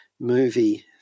movie